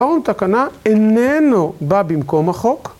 פורום תקנה איננו בא במקום החוק.